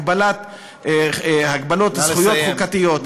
הגבלות זכויות חוקתיות.